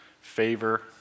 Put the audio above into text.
favor